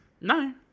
No